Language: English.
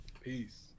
Peace